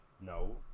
no